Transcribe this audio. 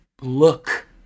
look